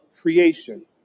creation